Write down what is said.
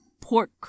pork